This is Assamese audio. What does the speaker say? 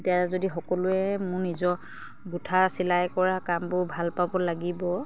তেতিয়া যদি সকলোৱে মোৰ নিজৰ গোঁঠা চিলাই কৰা কামবোৰ ভাল পাব লাগিব